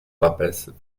papers